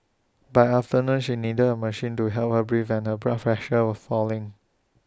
by afternoon she needed A machine to help her breathe and her blood pressure was falling